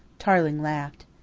tarling laughed.